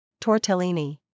Tortellini